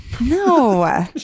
No